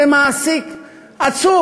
זה מעסיק עצום.